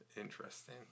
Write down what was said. interesting